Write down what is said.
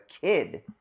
kid